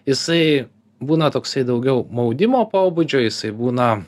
jisai būna toksai daugiau maudimo pobūdžio jisai būna